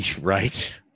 right